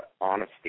honesty